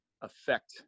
affect